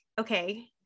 okay